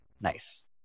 Nice